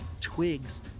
twigs